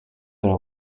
their